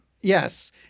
Yes